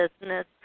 business